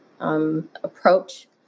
approach